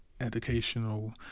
educational